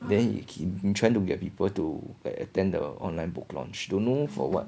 then you ke~ trying to get people to attend the online book launch don't know for what